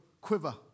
quiver